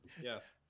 yes